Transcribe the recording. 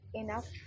enough